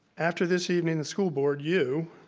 after this evening, the school board, you,